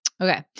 Okay